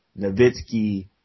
Nowitzki